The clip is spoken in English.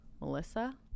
Melissa